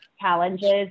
challenges